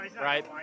right